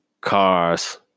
cars